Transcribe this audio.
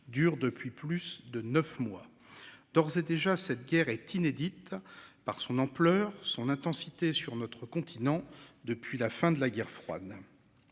dure depuis plus de 9 mois. D'ores et déjà, cette guerre est inédite par son ampleur, son intensité sur notre continent depuis la fin de la guerre froide.